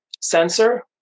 sensor